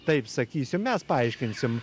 taip sakysiu mes paaiškinsim